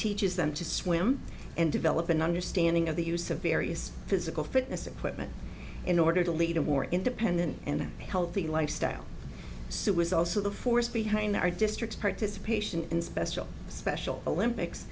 teaches them to swim and develop an understanding of the use of various physical fitness equipment in order to lead a more independent and healthy lifestyle sue was also the force behind our district's participation in special special olympics